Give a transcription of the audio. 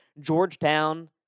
Georgetown